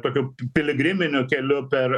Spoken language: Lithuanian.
tokiu piligriminiu keliu per